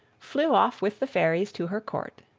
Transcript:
flew off with the fairies to her court.